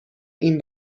این